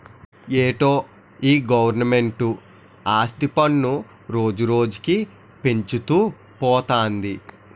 ఏటో ఈ గవరమెంటు ఆస్తి పన్ను రోజురోజుకీ పెంచుతూ పోతంది